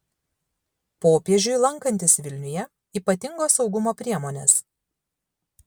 popiežiui lankantis vilniuje ypatingos saugumo priemonės